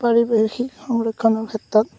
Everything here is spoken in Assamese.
পাৰিৱেশিক সংৰক্ষণৰ ক্ষেত্ৰত